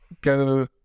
go